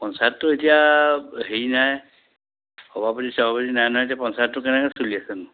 পঞ্চায়তটো এতিয়া হেৰি নাই সভাপতি চভাপতি নাই নহয় এতিয়া পঞ্চায়তটো কেনেকে চলি আছেনো